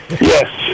Yes